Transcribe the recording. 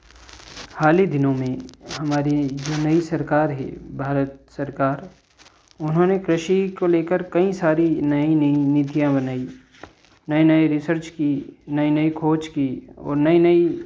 हाल ही दिनों में हमारी जो नई सरकार है भारत सरकार उन्होंनेकृषि को लेकर कईं सारी नई नई नीतियाँ बनाईं नए नए रिसर्च की नए नए खोज की और नई नई